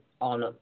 on